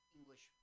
English